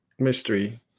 Mystery